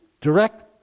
direct